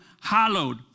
hallowed